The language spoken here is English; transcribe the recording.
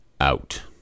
Out